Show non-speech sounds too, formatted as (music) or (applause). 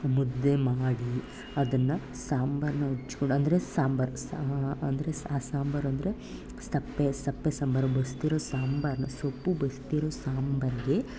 ಮುದ್ದೆ ಮಾಡಿ ಅದನ್ನ ಸಾಂಬರನ್ನ (unintelligible) ಅಂದರೆ ಸಾಂಬಾರು ಸಾ ಅಂದರೆ ಸ ಸಾಂಬಾರು ಅಂದರೆ ಸಪ್ಪೆ ಸಪ್ಪೆ ಸಾಂಬಾರು ಬಸಿದಿರೊ ಸಾಂಬಾರಿನ ಸೊಪ್ಪು ಬಸಿದಿರೊ ಸಾಂಬರಿಗೆ